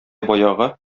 баягы